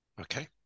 okay